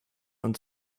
und